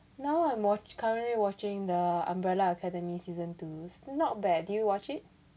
now I'm watch~ currently watching the umbrella academy season two not bad do you watch it